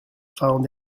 found